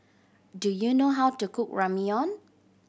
do you know how to cook Ramyeon